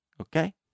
Okay